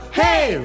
hey